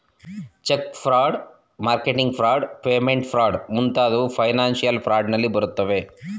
check fraud, marketing fraud, payment fraud ಮುಂತಾದವು financial fraud ನಲ್ಲಿ ಬರುತ್ತವೆ